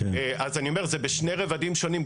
אז אני אומר, זה בשני רבדים שונים.